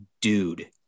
dude